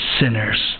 sinners